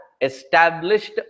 established